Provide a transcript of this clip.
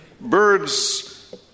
Birds